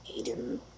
Aiden